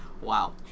Wow